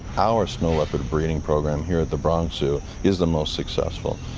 our snow leopard breeding program here at the bronx zoo is the most successful,